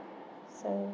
so